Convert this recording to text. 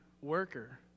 worker